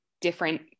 different